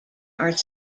are